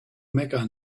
mecca